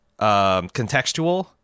contextual